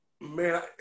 Man